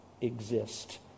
exist